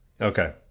okay